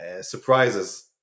surprises